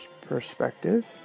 perspective